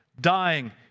dying